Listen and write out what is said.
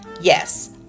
Yes